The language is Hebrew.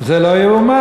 זה לא יאומן.